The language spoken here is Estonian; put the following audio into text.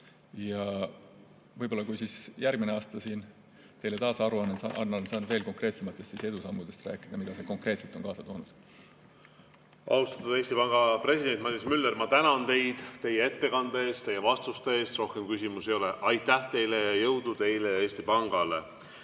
Ja võib-olla, kui ma järgmine aasta siin teile taas aru annan, siis saan rääkida veel konkreetsematest edusammudest, mida see konkreetselt on kaasa toonud. Austatud Eesti Panga president Madis Müller, ma tänan teid teie ettekande eest ja vastuste eest. Rohkem küsimusi ei ole. Aitäh teile ja jõudu teile ja Eesti Pangale! Head